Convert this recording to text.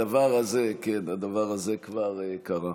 הדבר הזה כבר קרה.